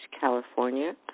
california